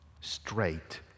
straight